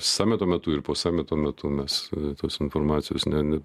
sami tuo metu ir po sami tuo metu mes tos informacijos ne ne